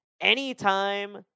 Anytime